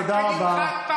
תודה רבה.